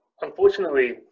unfortunately